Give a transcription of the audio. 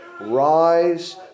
Rise